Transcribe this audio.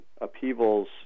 upheavals